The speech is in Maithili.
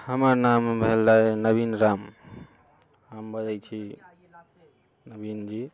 हमर नाम भेल नवीन राम हम बजै छी नवीन जी